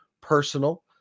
personal